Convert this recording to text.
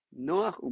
Noach